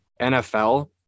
NFL